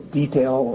detail